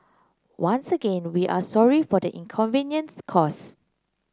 once again we are sorry for the inconvenience caused